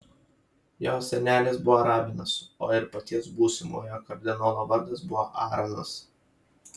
jo senelis buvo rabinas o ir paties būsimojo kardinolo vardas buvo aaronas